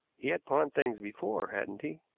he had pawned things before, hadn't he?